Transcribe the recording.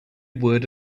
word